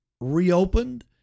reopened